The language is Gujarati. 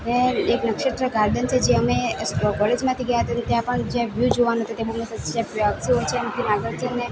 હવે એક નક્ષત્ર ગાર્ડન છે જે અમે એ કોલેજમાંથી ગયા હતાને ત્યાં પણ જે વ્યૂ જોવાનું હતું તે છે ને